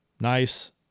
Nice